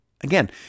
Again